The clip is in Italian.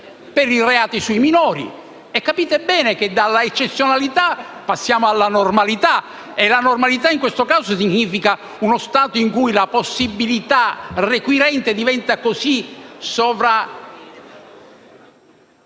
per i reati sui minori? Capite bene che dall'eccezionalità passeremmo alla normalità e normalità, in questo caso, significherebbe uno Stato in cui la possibilità requirente diventa così potente